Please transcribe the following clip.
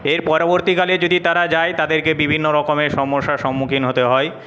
এর পরবর্তীকালে যদি তারা যায় তাদেরকে বিভিন্ন রকমের সমস্যার সম্মুখীন হতে হয়